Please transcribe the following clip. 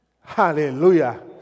Hallelujah